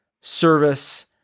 service